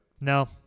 No